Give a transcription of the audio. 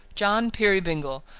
john peerybingle!